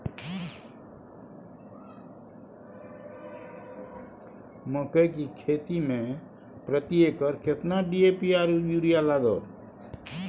मकई की खेती में प्रति एकर केतना डी.ए.पी आर यूरिया लागत?